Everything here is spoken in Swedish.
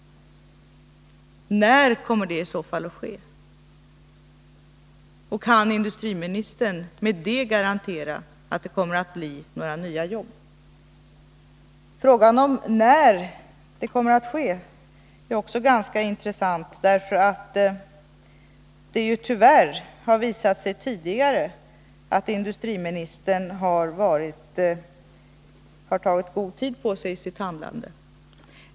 När kommer det i så fall att ske? Kan industriministern med detta garantera att det kommer att bli några nya jobb? Frågan när en eventuell uppflyttning kan ske är ganska intressant, då det tidigare tyvärr har visat sig att industriministern har tagit god tid på sig i sitt handlande.